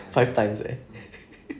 five times leh